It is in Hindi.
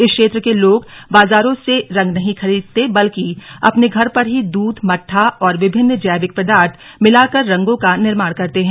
इस क्षेत्र के लोग बाजारों से रंग नहीं खरीदते ब्लकि अपने घर पर ही दूध महा और विभिन्न जैविक पदार्थ मिला कर रंगों का निर्माण करते हैं